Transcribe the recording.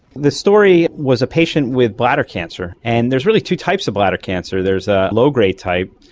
the story was a patient with bladder cancer, and there's really two types of bladder cancer, there's a low-grade type,